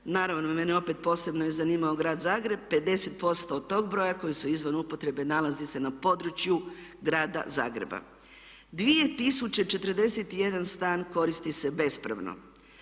naravno mene opet je posebno zanimao grad Zagreb, 50% od tog broja koji su izvan upotrebe nalaze se na području grada Zagreba. 2041 stan koristi se bespravno.